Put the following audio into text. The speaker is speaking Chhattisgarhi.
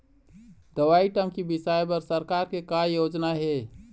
दवई टंकी बिसाए बर सरकार के का योजना हे?